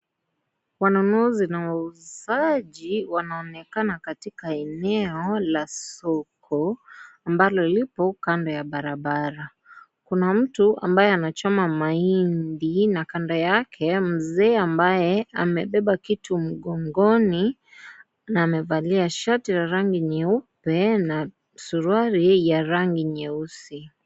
Wanunuzi na wauzaji wanaonekana katika eneo la soko ambalo liko kando ya barabara. Kuna ambaye anachoma mahindi na kando yake mzee ambaye amebeba kitu mgongoni na amevalia shati la rangi nyeupe na suruakli ya rangi nyeusi.